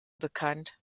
bekannt